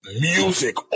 Music